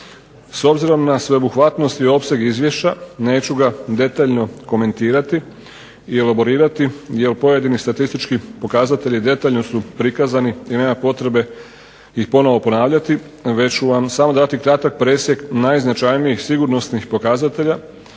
S obzirom na sveobuhvatnost i opseg izvješća neću ga detaljno komentirati i elaborirati jel pojedini statistički pokazatelji detaljno su prikazani i nema potrebe ih ponovno ponavljati, već ću vam samo dati kratak presjek najznačajnijih sigurnosnih pokazatelja,